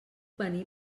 venir